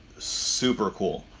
super cool.